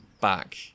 back